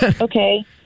Okay